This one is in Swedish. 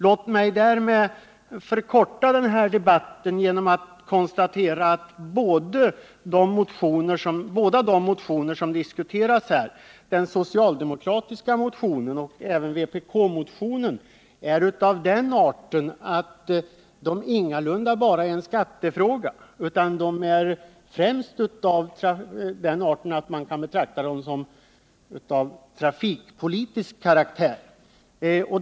Låt mig förkorta den här debatten genom att konstatera att båda de motioner som här diskuteras — den socialdemokratiska och vpk-motionen — är av den arten att de ingalunda gäller en skattefråga. De måste sägas vara av främst trafikpolitisk karaktär.